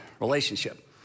relationship